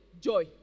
joy